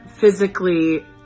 physically